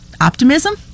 optimism